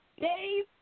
Dave